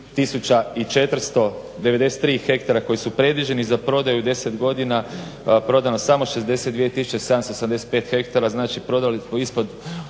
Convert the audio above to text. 493 hektara koji su predviđeni za prodaju u 10 godina, prodano sano 62 775 hektara, znači prodali smo ispod